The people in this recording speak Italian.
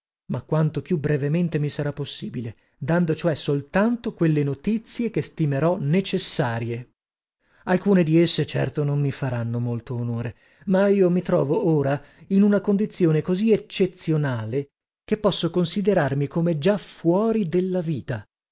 ma quanto più brevemente mi sarà possibile dando cioè soltanto quelle notizie che stimerò necessarie alcune di esse certo non mi faranno molto onore ma io mi trovo ora in una condizione così eccezionale che posso considerarmi come già fuori della vita